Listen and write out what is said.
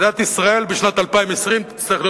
מדינת ישראל בשנת 2020 תצטרך להיות